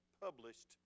published